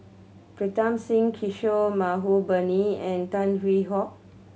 Pritam Singh Kishore Mahbubani and Tan Hwee Hock